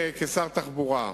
כשר התחבורה,